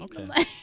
Okay